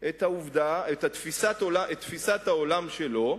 את תפיסת העולם שלו,